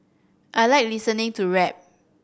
I like listening to rap